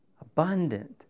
Abundant